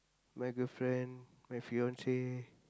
my girlfriend my fiance